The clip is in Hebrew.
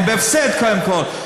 הם בהפסד, קודם כול.